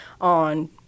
on